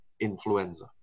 influenza